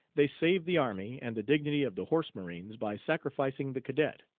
they saved the army and the dignity of the horse marines by sacrificing the cadet.